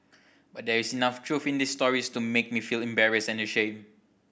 but there is enough truth in these stories to make me feel embarrassed and ashamed